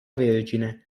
vergine